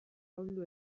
ahuldu